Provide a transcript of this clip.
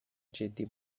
جدی